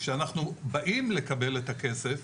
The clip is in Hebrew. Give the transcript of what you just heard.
כשאנחנו באים לקבל את הכסף,